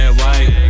white